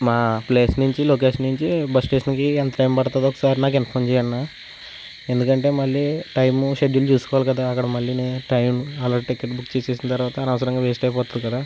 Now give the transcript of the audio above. మా ప్లేస్ నుంచి లొకేషన్ నుంచి బస్ స్టేషన్కి ఎంత టైమ్ పడుతుందో ఒకసారి నాకు ఇన్ఫార్మ్ చెయి అన్న ఎందుకంటే మళ్ళీ టైము షెడ్యూలు చూసుకోవాలి కదా అక్కడ మళ్ళీను టైము ఆల్రెడీ టికెట్ బుక్ చేసిన తర్వాత అనవసరంగా వేస్ట్ అయిపోతుంది కదా